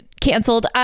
canceled